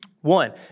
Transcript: one